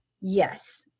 yes